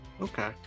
Okay